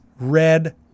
Red